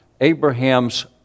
Abraham's